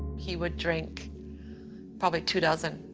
he would drink probably two dozen,